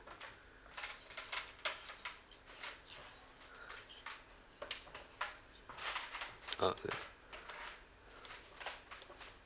orh